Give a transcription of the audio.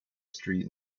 street